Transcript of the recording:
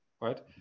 Right